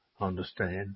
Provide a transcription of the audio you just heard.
understand